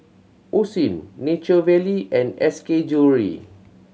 Osim Nature Valley and S K Jewellery